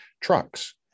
trucks